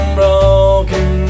broken